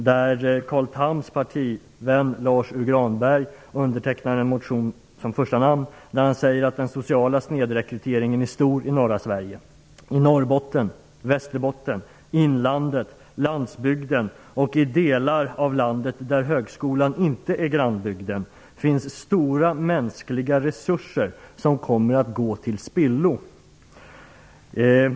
Carl Thams partivän Lars U Granberg har som första namn undertecknat en motion där han säger att den sociala snedrekryteringen är stor i norra Sverige. I Norrbotten, Västerbotten, inlandet, på landsbygden och i delar av landet där högskolan inte är grannbygden finns stora mänskliga resurser som kommer att gå till spillo.